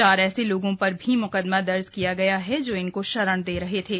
चार ऐसे लोगों पर भी म्कदमा दर्ज किया है जो इनको शरण दे रहे थे